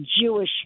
Jewish